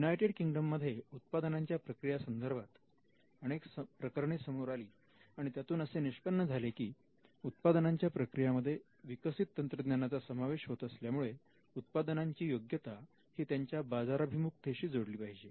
United Kingdom मध्ये उत्पादनाच्या प्रक्रिया संदर्भात अनेक प्रकरणे समोर आली आणि त्यातून असे निष्पन्न झाले की उत्पादनांच्या प्रक्रियांमध्ये विकसित तंत्रज्ञाना चा समावेश होत असल्यामुळे उत्पादनांची योग्यता ही त्यांच्या बाजाराभिमुखतेशी जोडली पाहिजे